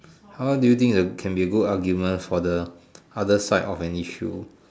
how do you think the can be a good argument for the other side of an issue